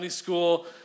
School